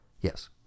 Yes